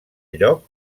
lloc